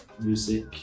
Music